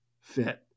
fit